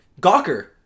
Gawker